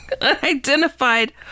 Unidentified